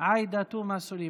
עאידה תומא סלימאן.